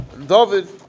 David